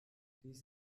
dies